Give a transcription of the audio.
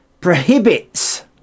prohibits